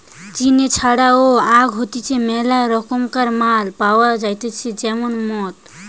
চিনি ছাড়াও আখ হইতে মেলা রকমকার মাল পাওয়া যাইতেছে যেমন মদ